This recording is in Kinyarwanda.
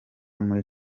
muri